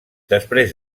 després